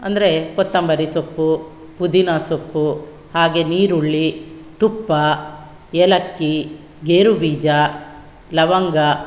ಅಂದರೆ ಕೊತ್ತಂಬರಿ ಸೊಪ್ಪು ಪುದೀನ ಸೊಪ್ಪು ಹಾಗೆ ನೀರುಳ್ಳಿ ತುಪ್ಪ ಏಲಕ್ಕಿ ಗೇರುಬೀಜ ಲವಂಗ